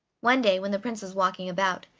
one day, when the prince was walking about,